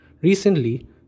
Recently